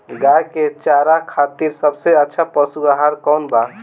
गाय के चारा खातिर सबसे अच्छा पशु आहार कौन बा?